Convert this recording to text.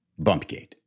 Bumpgate